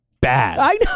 bad